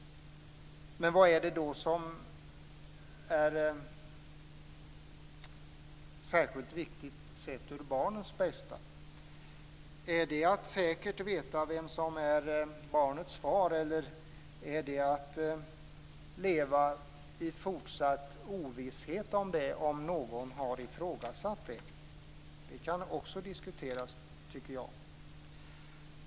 Men vad är det då som är särskilt viktigt när man ser till barnens bästa? Är det att säkert veta vem som är barnets far, eller är det att leva i fortsatt ovisshet om någon har ifrågasatt det? Det kan också diskuteras, tycker jag.